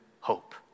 hope